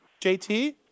JT